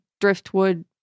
Driftwood